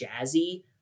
jazzy